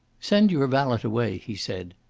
send your valet away, he said.